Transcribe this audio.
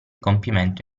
compimento